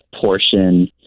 portion